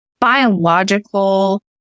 biological